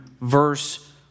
verse